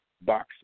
boxing